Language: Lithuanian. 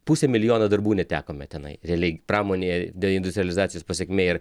pusė milijono darbų netekome tenai realiai pramonėje deindustrializacijos pasekmė ir